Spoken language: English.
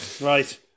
right